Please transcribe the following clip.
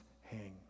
hang